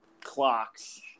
clocks